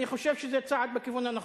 אני חושב שזה צעד בכיוון הנכון.